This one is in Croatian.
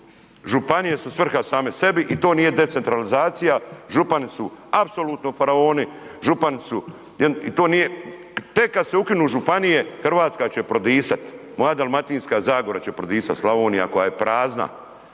Županije su svrha same sebi i to nije decentralizacija župani su apsolutno faraoni i to nije, tek kad se ukinu županije Hrvatska će prodisat. Moja Dalmatinska zagora će prodisat, Slavonija koja je prazna,